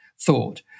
thought